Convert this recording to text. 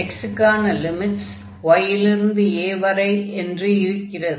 x க்கான limits y லிருந்து a வரை என்று இருக்கிறது